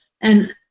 And-